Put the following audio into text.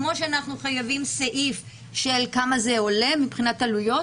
כמו שאנחנו חייבים סעיף של כמה זה עולה מבחינת עלויות,